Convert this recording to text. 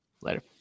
Later